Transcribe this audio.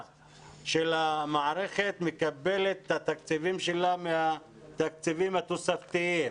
המערכת מקבלת את התקציבים שלה מהתקציבים התוספתיים.